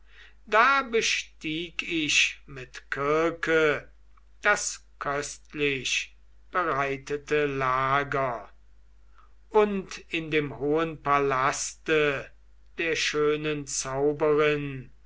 da bestieg ich mit kirke das köstlichbereitete lager und in dem hohen palaste der schönen zauberin